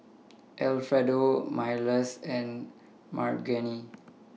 Alfredo Myles and Margene